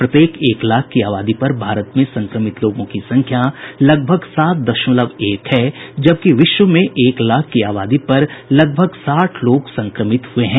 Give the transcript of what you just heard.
प्रत्येक एक लाख की आबादी पर भारत में संक्रमित लोगों की संख्या करीब सात दशमलव एक है जबकि विश्व में एक लाख की आबादी पर लगभग साठ लोग संक्रमित हैं